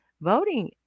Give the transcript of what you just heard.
voting